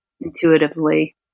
intuitively